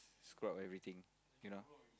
screw up everything you know